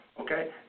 okay